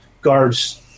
guard's